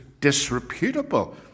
disreputable